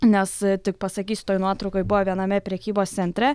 nes tik pasakysiu toj nuotraukoj buvo viename prekybos centre